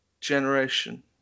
generation